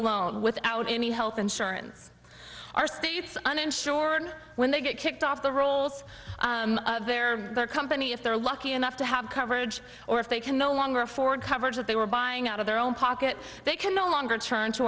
alone without any health insurance are states uninsured when they get kicked off the rolls of their company if they're lucky enough to have coverage if they can no longer afford coverage that they were buying out of their own pocket they can no longer turn to